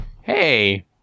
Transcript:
hey